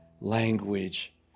language